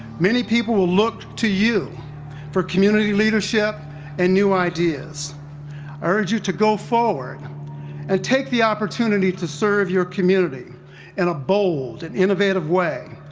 many people will look to you for community leadership and new ideas. i urge you to go forward and take the opportunity to serve your community in and a bold and innovative way,